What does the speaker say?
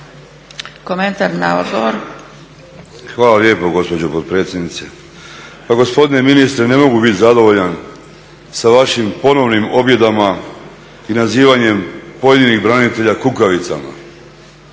Josip (HDZ)** Hvala lijepo gospođo potpredsjednice. Pa gospodine ministre, ne mogu bit zadovoljan sa vašim ponovnim objedama i nazivanjem pojedinih branitelja kukavicama.